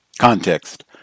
Context